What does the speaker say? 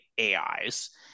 ais